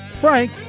Frank